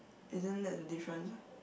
isn't that the difference